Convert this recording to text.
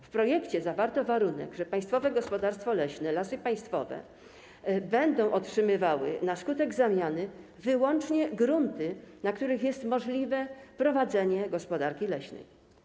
W projekcie zawarto warunek, że Państwowe Gospodarstwo Leśne Lasy Państwowe będzie otrzymywało na skutek zamiany wyłącznie grunty, na których jest możliwe prowadzenie gospodarki leśnej.